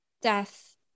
death